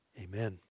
Amen